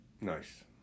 Nice